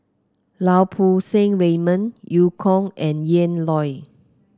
Lau Poo Seng Raymond Eu Kong and Ian Loy